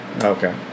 Okay